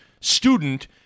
student